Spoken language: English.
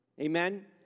Amen